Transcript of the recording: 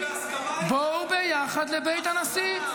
בואו ביחד לבית הנשיא.